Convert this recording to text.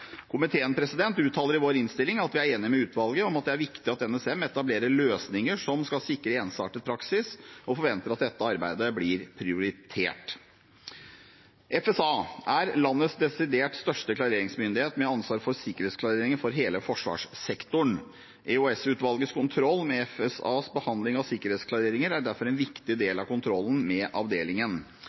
Komiteen uttaler i innstillingen at vi er enig med utvalget i at det er viktig at NSM etablerer løsninger som skal sikre ensartet praksis, og forventer at dette arbeidet blir prioritert. FSA er landets desidert største klareringsmyndighet med ansvar for sikkerhetsklareringer for hele forsvarssektoren. EOS-utvalgets kontroll med FSAs behandling av sikkerhetsklareringer er derfor en viktig del av kontrollen med avdelingen.